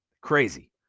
crazy